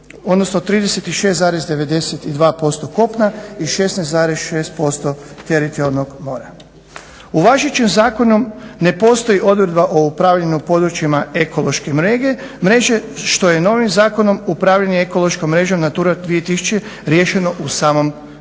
odnosno 36,92% kopna i 16,6% teritorijalnog mora. U važećem zakonu ne postoji odredba o upravljanju u područjima ekološke mreže što je novim zakonom upravljanje ekološkom mrežom NATURA 2000 riješeno u samom tekstu